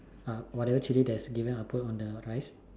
whatever chili that's given I'll put it on the rice